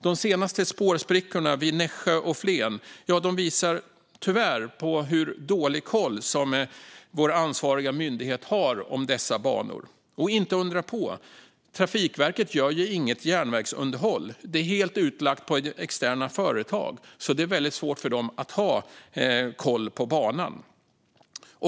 De senaste spårsprickorna vid Nässjö och Flen visar hur dålig koll vår ansvariga myndighet tyvärr har på dessa banor. Och inte undra på - Trafikverket utför ju inget järnvägsunderhåll, utan det är helt utlagt på externa företag. Det är alltså väldigt svårt för myndigheten att ha koll på banan.